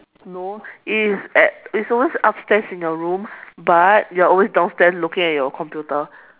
no it's at it's always upstairs in your room but you are always downstairs looking at your computer